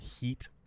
heat